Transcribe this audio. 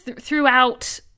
throughout